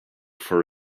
for